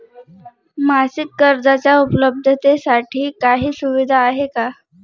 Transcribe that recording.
मासिक कर्जाच्या उपलब्धतेसाठी काही सुविधा आहे का?